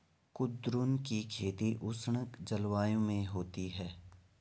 कुद्रुन की खेती उष्ण जलवायु में होती है